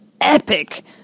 epic